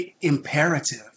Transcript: imperative